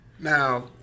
Now